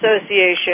Association